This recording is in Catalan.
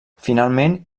finalment